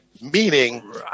meaning